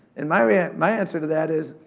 and my ah my answer to that is,